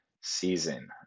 season